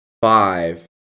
five